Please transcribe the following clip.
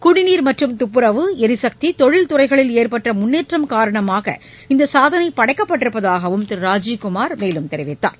குடிநீர் மற்றும் தப்புரவு ளிசக்தி தொழில்துறைகளில் ஏற்பட்டமுன்னேற்றம் காரணமாக இந்தசாதனைபடைக்கப்பட்டிருப்பதாகவும் திருராஜீவ்குமார் தெரிவித்தார்